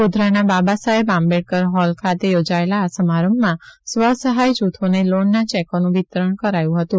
ગોધરાના Babasaheb Ambedkar hall ખાતે યોજાયેલા આ સમારંભમાં સ્વ સહાય જુથોને લોનના ચેકોનું વિસ્તરણ કરાયું હતું